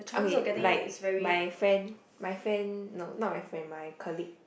okay like my friend my friend no not my friend my colleague